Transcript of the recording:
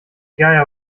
geier